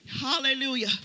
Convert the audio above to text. Hallelujah